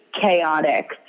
chaotic